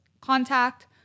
contact